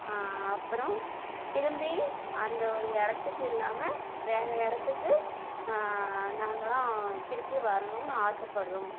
அப்பறம் திரும்பி அந்த ஒரு இடத்துக்கு இல்லாமல் வேற இடத்துக்கு நாங்களாம் திருப்பி வரணும்னு ஆசைப்படுறோம்